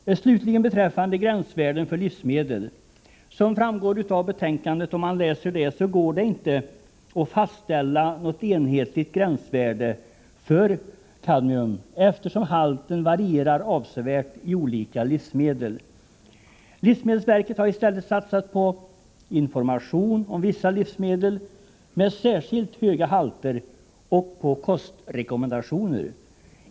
Vad slutligen beträffar gränsvärden för livsmedel går det, som redovisas i betänkandet, inte att fastställa något enhetligt gränsvärde för kadmium, eftersom halten varierar avsevärt i olika livsmedel. Livsmedelsverket har i stället satsat på information om vissa livsmedel med särskilt höga halter och på kostrekommendationer.